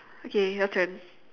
okay your turn